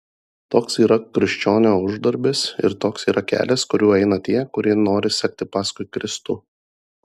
toks yra krikščionio uždarbis ir toks yra kelias kuriuo eina tie kurie nori sekti paskui kristų